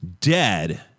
dead